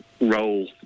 role